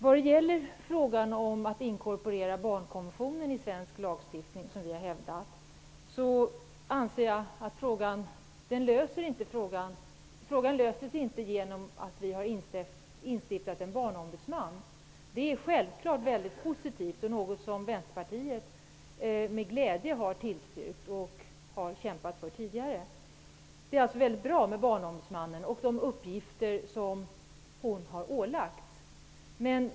När det gäller frågan om en inkorporering av barnkonventionen i svensk lagstiftning anser jag att det inte räcker med att en barnombudsman har inrättats. Att det har gjorts är självfallet positivt. Det är något som Vänsterpartiet med glädje har tillstyrkt. Vi har också kämpat för det tidigare. Det är alltså bra att det finns en barnombudsman och att hon har ålagts dessa uppgifter.